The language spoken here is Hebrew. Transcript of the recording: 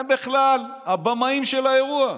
הם בכלל הבמאים של האירוע.